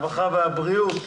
הרווחה והבריאות.